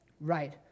right